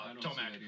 Tomac